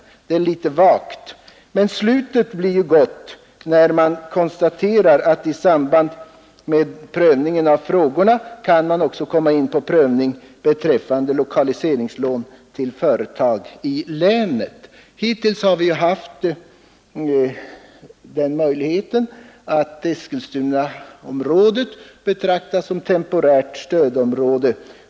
Men slutet blir bättre när industriministern där konstaterar att regeringen i samband med prövning av frågorna också kan komma in på en prövning beträffande lokaliseringslån till företag i länet. Hittills har Eskilstunaområdet betraktats som temporärt stödområde.